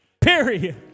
period